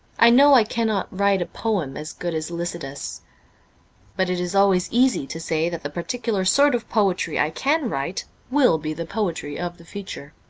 i know i cannot write a poem as good as lycidas. but it is always easy to say that the particular sort of poetry i can write will be the poetry of the future.